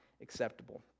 acceptable